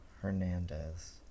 Hernandez